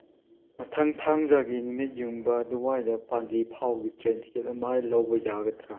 ꯃꯊꯪ ꯊꯥꯡꯖꯒꯤ ꯅꯨꯃꯤꯠꯌꯨꯡꯕ ꯑꯗꯨꯋꯥꯏꯗ ꯄꯥꯟꯖꯤ ꯐꯥꯎꯕꯒꯤ ꯇ꯭ꯔꯦꯟ ꯇꯤꯀꯦꯠ ꯑꯃ ꯑꯩ ꯂꯧꯕ ꯌꯥꯒꯗ꯭ꯔꯥ